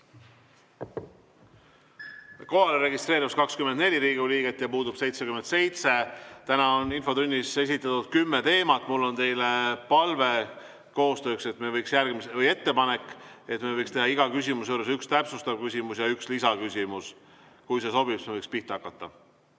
registreerus 24 Riigikogu liiget ja puudub 77. Täna on infotunni jaoks esitatud kümme teemat. Mul on teile palve koostööks või ettepanek, et me võiks esitada iga küsimuse juures ühe täpsustava küsimuse ja ühe lisaküsimuse. Kui see sobib, siis me võiks pihta hakata.